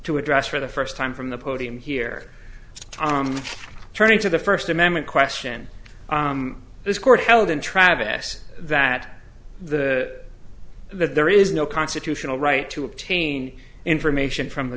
to address for the first time from the podium here turning to the first amendment question this court held in travis that the that there is no constitutional right to obtain information from the